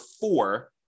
four